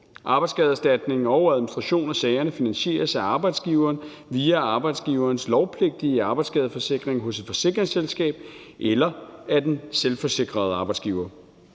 Arbejdsskadeerstatningen og administrationen af sagerne finansieres af arbejdsgiveren via arbejdsgiverens lovpligtige arbejdsskadeforsikring hos et forsikringsselskab eller af den selvforsikrede arbejdsgiver.